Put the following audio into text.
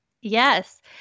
Yes